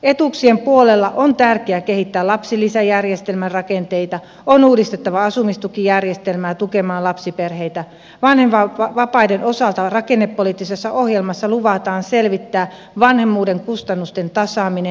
etuuksien puolella on tärkeää kehittää lapsilisäjärjestelmän rakenteita on uudistettava asumistukijärjestelmää tukemaan lapsiperheitä vanhempainvapaiden osalta rakennepoliittisessa ohjelmassa luvataan selvittää vanhemmuuden kustannusten tasaaminen